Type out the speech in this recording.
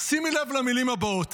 שימי לב למילים הבאות,